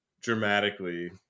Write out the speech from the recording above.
dramatically